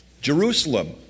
Jerusalem